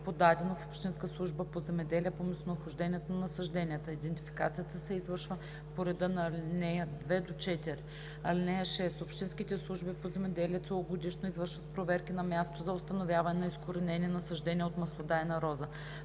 подадено в общинската служба по земеделие по местонахождение на насажденията. Идентификацията се извършва по реда на ал. 2 – 4. (6) Общинските служби по земеделие целогодишно извършват проверки на място за установяване на изкоренени насаждения от маслодайна роза.